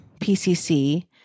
PCC